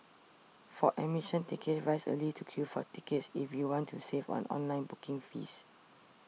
for admission tickets rise early to queue for tickets if you want to save on online booking fees